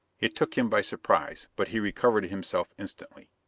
it took him by surprise, but he recovered himself instantly.